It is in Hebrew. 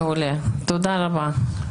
מעולה, תודה רבה.